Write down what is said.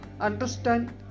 understand